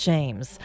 James